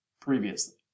previously